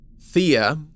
Thea